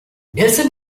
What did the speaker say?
nelson